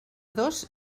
dos